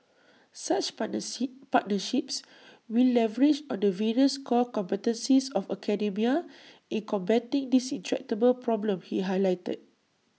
such partner sea partnerships will leverage on the various core competencies of academia in combating this intractable problem he highlighted